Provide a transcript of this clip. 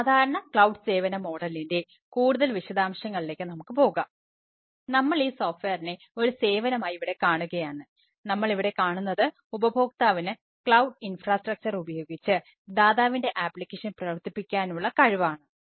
സാധാരണ ക്ലൌഡ് പ്രവർത്തിപ്പിക്കാനുള്ള കഴിവ് ആണ്